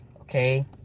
Okay